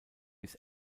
bis